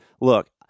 look